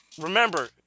Remember